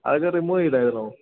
അതക്കെ റീമൂവ് ചെയ്തായിരുന്നോ